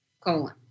colon